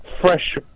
fresh